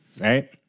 right